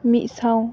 ᱢᱤᱫ ᱥᱟᱶ